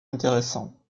intéressant